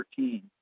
13